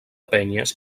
penyes